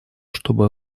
чтобы